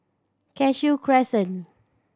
Cashew Crescent